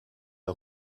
der